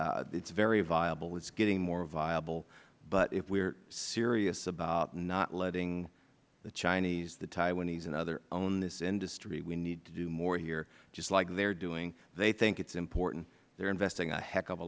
and it is very viable it is getting more viable but if we are serious about not letting the chinese the taiwanese and others own this industry we need to do more here just like they are doing they think it is important they are investing a heck of a